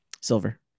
Silver